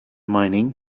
mining